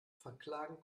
verklagen